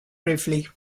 briefly